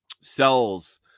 cells